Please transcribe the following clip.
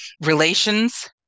relations